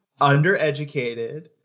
undereducated